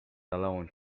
alone